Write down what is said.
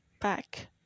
back